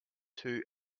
two